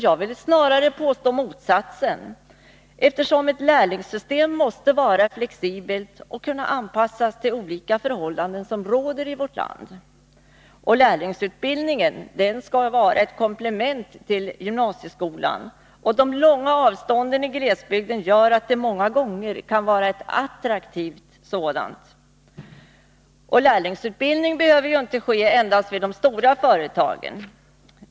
Jag vill snarare påstå motsatsen, eftersom ett lärlingssystem måste vara flexibelt och kunna anpassas till olika förhållanden som råder i vårt land. Lärlingsutbildningen skall vara ett komplement till gymnasieskolan. De långa avstånden i glesbygden gör att det många gånger kan vara ett attraktivt sådant. Lärlingsutbildningen behöver inte ske endast vid de stora företagen.